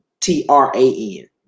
T-R-A-N